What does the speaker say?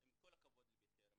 עם כל הכבוד ל'בטרם',